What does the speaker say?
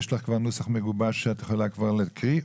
יש לך נוסח מגובש שאת יכולה כבר להקריא?